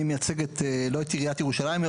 אני מייצג לא את עיריית ירושלים,